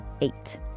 eight